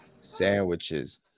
sandwiches